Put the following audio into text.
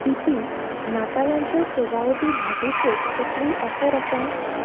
DP नातालांच्यो सजावटी घांटीचेर कसलीय ऑफर आसा